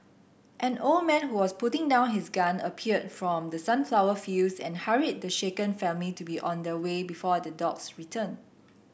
an old man who was putting down his gun appeared from the sunflower fields and hurried the shaken family to be on their way before the dogs return